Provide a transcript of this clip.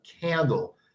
candle